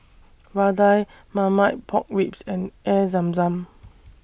Vadai Marmite Pork Ribs and Air Zam Zam